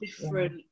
different